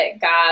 God